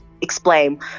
explain